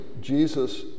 Jesus